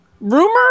rumor